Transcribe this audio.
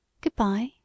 Goodbye